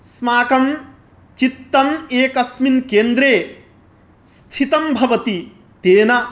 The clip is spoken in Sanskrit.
अस्माकं चित्तम् एकस्मिन् केन्द्रे स्थितं भवति तेन